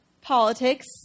politics